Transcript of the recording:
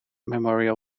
memorial